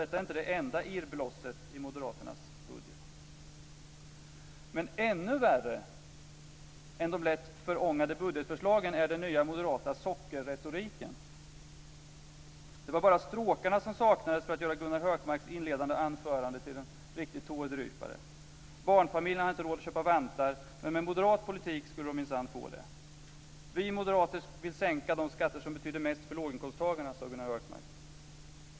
Detta är inte det enda irrblosset i moderaternas budget. Ännu värre än de lätt förångade budgetförslagen är den nya moderata sockerretoriken. Det var bara stråkarna som saknades för att Gunnar Hökmarks inledande anförande skulle bli en riktig tårdrypare. Barnfamiljerna har inte råd att köpa vantar, men med moderat politik skulle de minsann få det. Vi moderater vill sänka de skatter som betyder mest för låginkomsttagarna, sade Gunnar Hökmark.